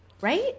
right